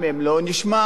הוא נשמע אלים,